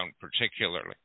particularly